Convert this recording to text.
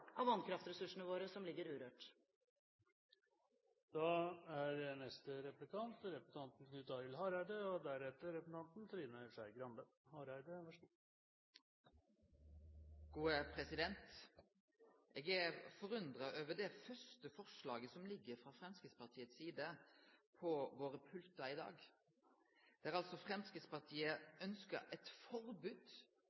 av vannkraftressursene våre som ligger urørt. Eg er forundra over det første forslaget frå Framstegspartiet som ligg på pultane våre i dag, der altså Framstegspartiet